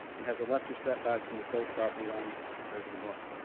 and has a lesser setback from the south property line compared to the north.